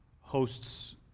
hosts